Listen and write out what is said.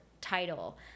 title